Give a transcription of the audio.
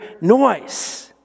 noise